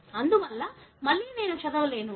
అందువల్ల మళ్ళీ నేను చదవలేను